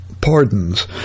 pardons